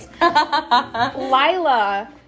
Lila